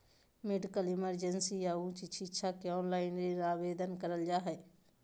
medical emergency या उच्च शिक्षा ले ऑनलाइन ऋण आवेदन करल जा हय